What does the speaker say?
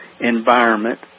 environment